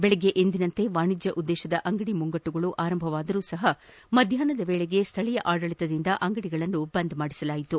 ಬೆಳಿಗ್ಗೆ ಎಂದಿನಂತೆ ವಾಣಿಜ್ಞ ಉದ್ದೇಶದ ಅಂಗಡಿ ಮುಂಗಟ್ಟುಗಳು ಆರಂಭವಾದರೂ ಮಧ್ಯಾಷ್ನದ ವೇಳೆಗೆ ಸ್ಥಳೀಯ ಆಡಳತದಿಂದ ಅಂಗಡಿಗಳನ್ನು ಬಂದ್ ಮಾಡಿಸಲಾಯಿತು